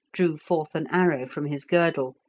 drew forth an arrow from his girdle,